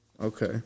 Okay